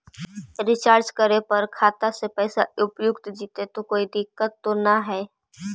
Recharge करे पर का खाता से पैसा उपयुक्त जितै तो कोई दिक्कत तो ना है?